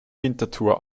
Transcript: winterthur